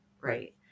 Right